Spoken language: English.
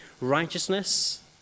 righteousness